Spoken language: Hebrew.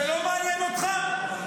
זה לא מעניין אותך?